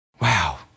wow